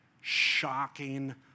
Shocking